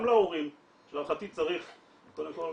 גם להורים להערכתי צריך קודם כל,